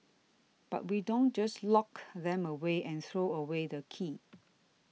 but we don't just lock them away and throw away the key